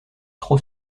trop